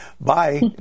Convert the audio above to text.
bye